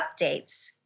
updates